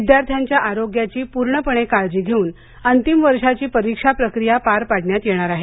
विद्यार्थ्यांच्या आरोग्याची पूर्णपणे काळजी घेऊन अंतिम वर्षाची परीक्षा प्रक्रिया पार पाडण्यात येणार आहे